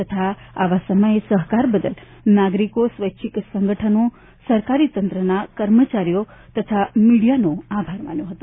તથા આ સમયે સહકાર બદલ નાગરિકો સ્વૈચ્છિક સંગઠનો સરકારી તંત્રના કર્મચારીઓ તથા મીડિયાનો આભાર માન્યો હતો